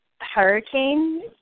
hurricane